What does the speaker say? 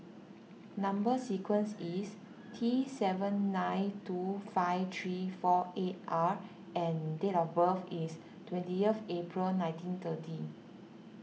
Number Sequence is T seven nine two five three four eight R and date of birth is twentieth April nineteen thirty